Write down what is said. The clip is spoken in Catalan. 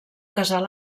casal